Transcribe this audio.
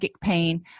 pain